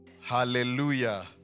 Hallelujah